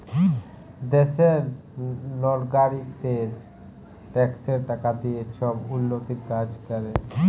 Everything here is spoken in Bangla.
দ্যাশের লগারিকদের ট্যাক্সের টাকা দিঁয়ে ছব উল্ল্যতির কাজ ক্যরে